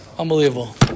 Unbelievable